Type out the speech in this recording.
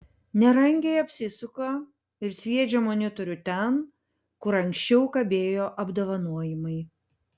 nerangiai apsisuka ir sviedžią monitorių ten kur anksčiau kabėjo apdovanojimai